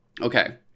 Okay